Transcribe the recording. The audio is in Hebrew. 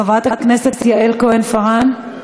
חברת הכנסת יעל כהן-פארן, מוותרת.